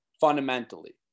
fundamentally